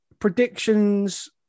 Predictions